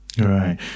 right